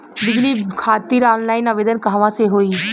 बिजली खातिर ऑनलाइन आवेदन कहवा से होयी?